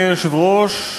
אדוני היושב-ראש,